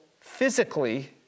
physically